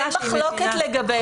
אבל אין מחלוקת לגבי זה.